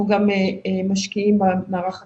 אנחנו גם משקיעים במערך הגריאטרי.